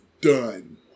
done